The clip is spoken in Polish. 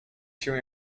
się